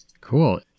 Cool